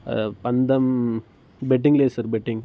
పందెం బెట్టింగులు వేస్తారు బెట్టింగ్